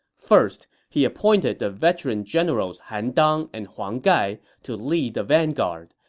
first, he appointed the veteran generals han dang and huang gai to lead the vanguard.